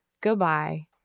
Goodbye